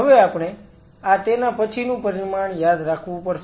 હવે આપણે આ તેના પછીનું પરિમાણ યાદ રાખવું પડશે